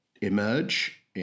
emerge